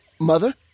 Mother